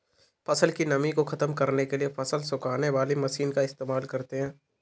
फसल की नमी को ख़त्म करने के लिए फसल सुखाने वाली मशीन का इस्तेमाल करते हैं